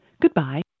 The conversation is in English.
Goodbye